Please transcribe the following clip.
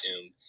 tomb